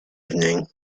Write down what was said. evening